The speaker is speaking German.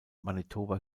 manitoba